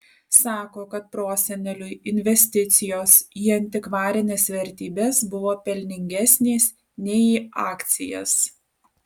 sako kad proseneliui investicijos į antikvarines vertybes buvo pelningesnės nei į akcijas